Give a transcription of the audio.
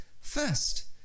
first